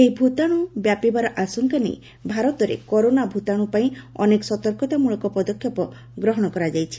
ଏହି ଭୃତାଣୁର ବ୍ୟାପିବାର ଆଶଙ୍କା ନେଇ ଭାରତରେ କରୋନା ଭୂତାଣୁ ପାଇଁ ଅନେକ ସତର୍କତା ମୂଳକ ପଦକ୍ଷେପ ଗ୍ରହଶ କରାଯାଇଛି